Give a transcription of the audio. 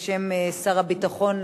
בשם שר הביטחון,